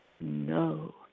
No